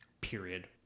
period